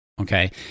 Okay